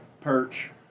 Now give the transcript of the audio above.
perch